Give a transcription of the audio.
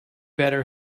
better